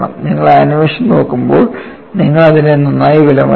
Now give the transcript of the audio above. നിങ്ങൾ ആനിമേഷൻ നോക്കുമ്പോൾ നിങ്ങൾ അതിനെ നന്നായി വിലമതിക്കും